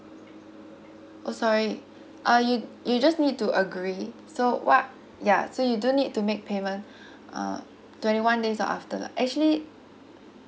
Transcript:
oh sorry uh you you just need to agree so what ya so you don't need to make payment uh twenty one days or after lah actually